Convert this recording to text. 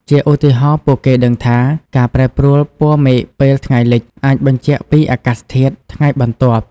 ជាឧទាហរណ៍ ពួកគេដឹងថា ការប្រែប្រួលពណ៌មេឃពេលថ្ងៃលិច អាចបញ្ជាក់ពីអាកាសធាតុថ្ងៃបន្ទាប់។